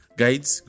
guides